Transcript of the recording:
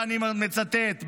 ואני מצטט,